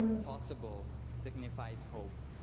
possible signifies hope,